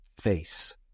face